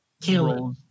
Kill